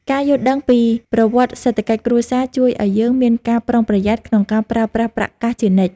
ការយល់ដឹងពីប្រវត្តិសេដ្ឋកិច្ចគ្រួសារជួយឱ្យយើងមានការប្រុងប្រយ័ត្នក្នុងការប្រើប្រាស់ប្រាក់កាសជានិច្ច។